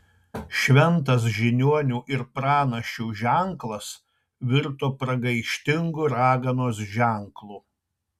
šventas žiniuonių ir pranašių ženklas virto pragaištingu raganos ženklu